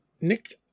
nick